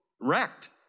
wrecked